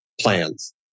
plans